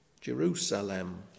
Jerusalem